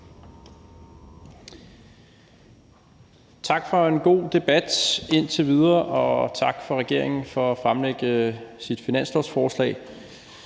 Tak for en god debat indtil videre, og tak til regeringen for at fremlægge sit finanslovsforslag.